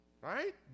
right